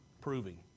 proving